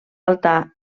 alta